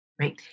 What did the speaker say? right